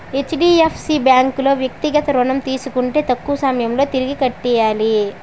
HDFC bank లో వ్యక్తిగత ఋణం తీసుకుంటే తక్కువ సమయంలో తిరిగి కట్టియ్యాల